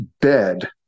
bed